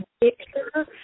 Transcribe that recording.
picture